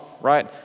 right